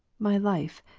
my life,